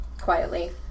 quietly